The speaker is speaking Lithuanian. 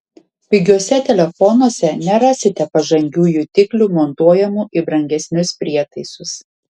pigiuose telefonuose nerasite pažangių jutiklių montuojamų į brangesnius prietaisus